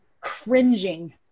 cringing